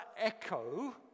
echo